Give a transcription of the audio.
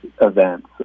events